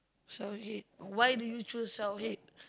shower head why do you choose shower head